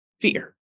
fear